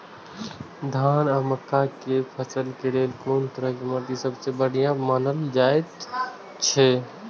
धान आ मक्का के फसल के लेल कुन तरह के माटी सबसे बढ़िया मानल जाऐत अछि?